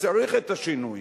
וצריך את השינויים.